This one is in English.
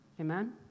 Amen